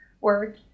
work